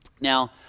Now